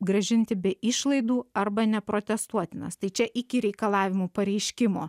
grąžinti be išlaidų arba neprotestuotinas tai čia iki reikalavimų pareiškimo